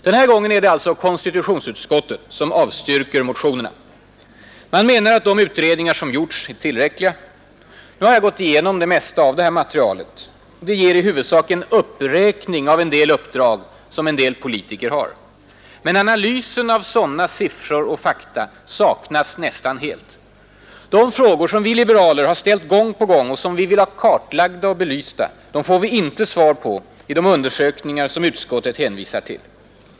Den här gången är det alltså konstitutionsutskottet som avstyrker motionerna. Man menar att de utredningar som gjorts är tillräckliga. Jag har gått igenom det mesta av materialet. Det innehåller i huvudsak en uppräkning av en del uppdrag som vissa politiker har, men analysen av sådana siffror och fakta saknas nästan helt. De frågor som vi liberaler har ställt gång på gång och som vi vill ha kartlagda och belysta får vi inte svar på i de undersökningar som utskottet hänvisar till.